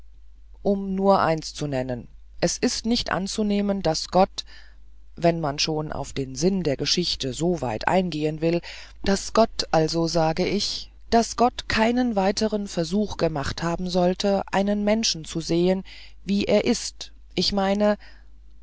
um nur eins zu nennen es ist nicht anzunehmen daß gott wenn man schon auf den sinn der geschichte soweit eingehen will daß gott also sage ich daß gott keinen weiteren versuch gemacht haben sollte einen menschen zu sehen wie er ist ich meine